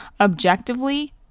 objectively